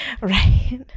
right